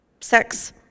sex